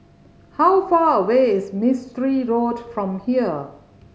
how far away is Mistri Road from here